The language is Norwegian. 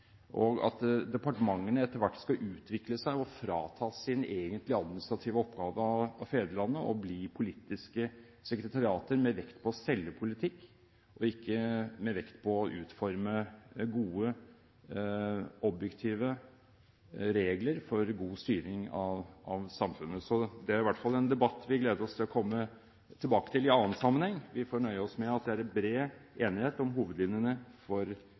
til at departementene etter hvert skal utvikle seg og fratas sin egentlige oppgave, administrering av fedrelandet, og bli politiske sekretariater med vekt på å selge politikk og ikke på å utforme gode, objektive regler for god styring av samfunnet. Det er en debatt vi gleder oss til å komme tilbake til i annen sammenheng. Vi får nøye oss med at det fra vår komités side er bred enighet om hovedlinjene for